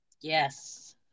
Yes